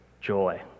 joy